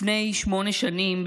לפני שמונה שנים,